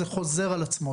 זה חוזר על עצמו,